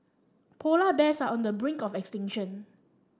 polar bears are on the brink of extinction